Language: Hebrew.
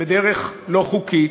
בדרך לא חוקית,